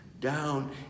down